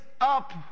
up